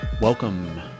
Welcome